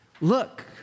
Look